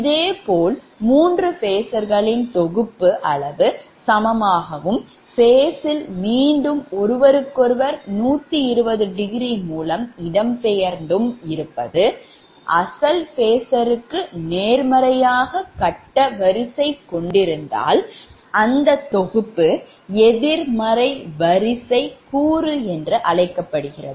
இதேபோல் மூன்று phasor களின் தொகுப்பு அளவு சமமாகவும் phaseல் மீண்டும் ஒருவருக்கொருவர் 120 டிகிரி மூலம் இடம்பெயர்ந்து இருப்பதுமற்றும் அசல் phasorக்கு நேர்மாறாக கட்ட வரிசை கொண்டிருந்தால் இந்த தொகுப்பு எதிர்மறை வரிசை கூறு என்று அழைக்கப்படுகிறது